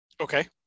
okay